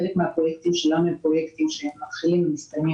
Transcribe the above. חלק מן הפרויקטים שלנו מתחילים ומסתיימים